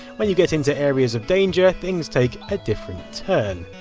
when you get into areas of danger, things take a different turn.